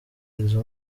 izo